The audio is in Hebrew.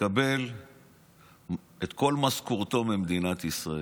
מקבל את כל משכורתו ממדינת ישראל.